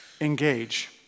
engage